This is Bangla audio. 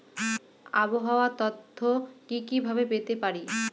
আবহাওয়ার তথ্য কি কি ভাবে পেতে পারি?